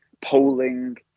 polling